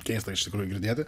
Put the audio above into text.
keista iš tikrųjų girdėti